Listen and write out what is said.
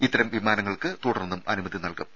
ഇത്തരം വിമാനങ്ങൾക്ക് തുടർന്നും അനുമതി നൽകും